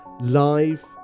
live